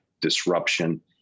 disruption